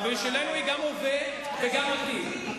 בשבילנו היא גם הווה וגם עתיד.